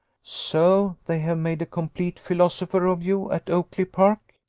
so, they have made a complete philosopher of you at oakly-park!